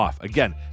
Again